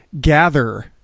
gather